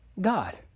God